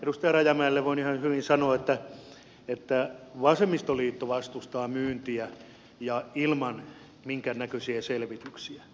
edustaja rajamäelle voin ihan hyvin sanoa että vasemmistoliitto vastustaa myyntiä ja ilman minkäännäköisiä selvityksiä